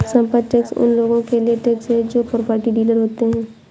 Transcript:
संपत्ति टैक्स उन लोगों के लिए टैक्स है जो प्रॉपर्टी डीलर होते हैं